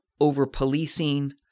over-policing